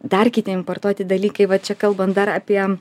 dar kiti importuoti dalykai va čia kalbant dar apie